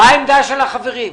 מה עמדת החברים?